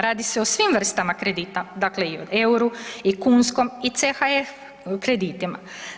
Radi se o svim vrstama kredita, dakle i o EUR-u i kunskom i CHF kreditima.